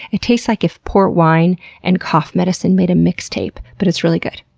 it tastes like if port wine and cough medicine made a mixtape, but it's really good.